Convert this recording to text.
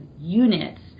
units